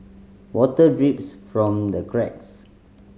water drips from the cracks